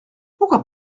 pourquoi